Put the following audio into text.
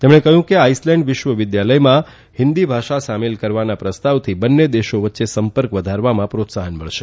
તેમણે કહ્યું કે આઈસલેન્ડ વિશ્વ વિદ્યાલયમાં હિન્દી ભાષા સામેલ કરવાના પ્રસ્તાવથી બંને દેશો સંપર્ક વધારવામાં પ્રીત્સાહન મળશે